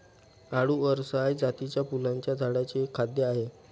आळु अरसाय जातीच्या फुलांच्या झाडांचे एक खाद्य आहे